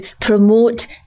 promote